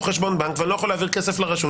חשבון בנק ואני לא יכול להעביר כסף לרשות.